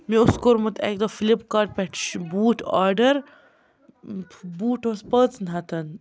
مےٚ اوس کوٚرمُت اَکہِ دۄہ فِلِپکاٹ پٮ۪ٹھ بوٗٹھ آرڈَر بوٗٹھ اوس پانٛژَن ہَتَن